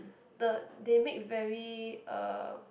the they make very uh